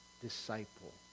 disciple